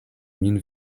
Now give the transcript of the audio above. min